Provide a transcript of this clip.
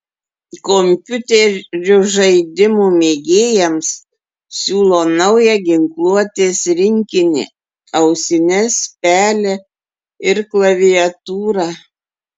kompiuterių žaidimų mėgėjams siūlo naują ginkluotės rinkinį ausines pelę ir klaviatūrą